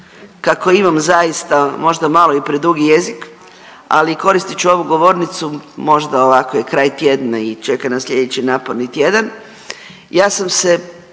kako imam zaista možda malo i predugi jezik, ali koristit ću ovu govornicu, možda ovako i kraj tjedna i čeka nas sljedeći naporni tjedan,